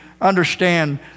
understand